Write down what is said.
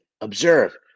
Observe